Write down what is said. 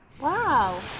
Wow